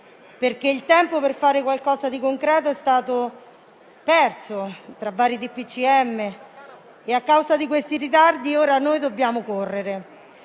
perché il tempo per fare qualcosa di concreto è stato perso tra i vari DPCM; a causa di questi ritardi ora noi dobbiamo correre.